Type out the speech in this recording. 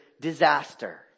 disaster